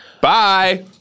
Bye